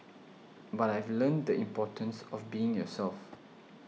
but I've learnt the importance of being yourself